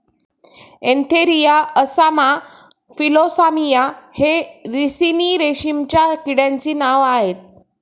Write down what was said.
Antheraea assama Philosamia हे ricini रेशीमच्या किड्यांचे नाव आह